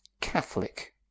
Catholic